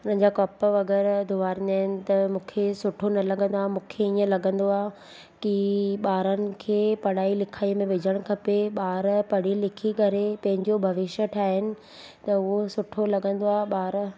उन्हनि जा कप वग़ैरह धोआरींदा आहिनि त मूंखे सुठो न लॻंदो आहे मूंखे ईअं लॻंदो आहे की ॿारनि खे पढ़ाई लिखाई में विझणु खपे ॿार पढ़ी लिखी करे पंहिंजो भविष्य ठाहिनि त उहो सुठो लॻंदो आहे ॿार